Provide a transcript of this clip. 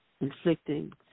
inflicting